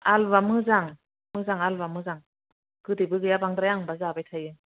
आलुआ मोजां मोजां आलुआ मोजां गोदैबो गैया बांद्राय आं बा जाबाय थायो